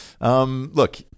Look